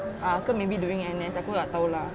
ah ke maybe during N_S aku tak tahu lah